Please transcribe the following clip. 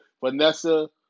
Vanessa